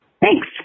Thanks